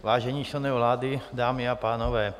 Vážení členové vlády, dámy a pánové.